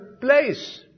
place